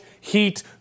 heat